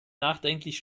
nachdenklich